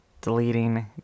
deleting